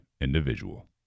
individual